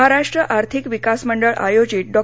महाराष्ट्र आर्थिक विकास मंडळ आयोजित डॉ